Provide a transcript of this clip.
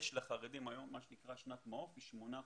יש לחרדים היום מה שנקרא שנת מעוף שהיא שמונה חודשים.